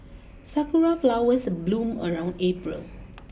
sakura flowers bloom around April